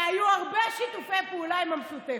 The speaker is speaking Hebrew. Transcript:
שהיו בה הרבה שיתופי פעולה עם המשותפת.